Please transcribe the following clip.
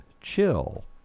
chill